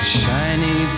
shiny